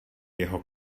jeho